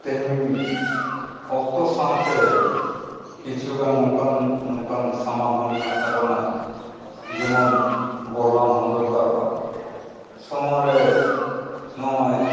ᱛᱮᱦᱮᱧ ᱚᱠᱛᱚ ᱥᱟᱶᱛᱮ ᱠᱤᱪᱷᱩ ᱜᱟᱱ ᱱᱚᱝᱠᱟᱱ ᱱᱚᱝᱠᱟᱱ ᱥᱟᱢᱟᱱ ᱦᱚᱸ ᱢᱮᱱᱟᱜ ᱛᱟᱵᱚᱱᱟ ᱡᱮᱢᱚᱱ ᱵᱚᱞᱞᱚᱢ ᱦᱚᱸ ᱫᱚᱨᱠᱟᱨᱚᱜᱼᱟ ᱥᱚᱢᱚᱭ ᱨᱮ ᱱᱚᱜᱼᱚᱭ